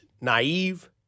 naive